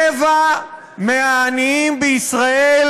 רבע מהזקנים